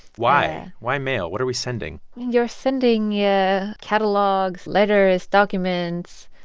why? why mail? what are we sending? you're sending yeah catalogs, letters, documents,